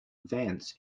advance